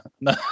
No